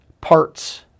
parts